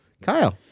Kyle